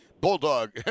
Bulldog